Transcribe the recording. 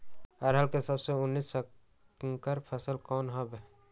अरहर के सबसे उन्नत संकर फसल कौन हव?